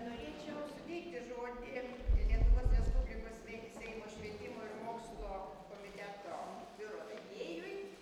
norėčiau suteikti žodį lietuvos respublikos svei seimo švietimo ir mokslo komiteto biuro vedėjui